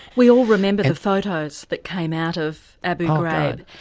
we all remember the photos that came out of abu ghraib.